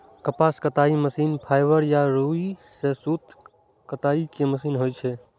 कपास कताइ machine fibre या रुइ सं सूत कताइ के मशीन होइ छै